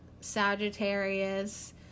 Sagittarius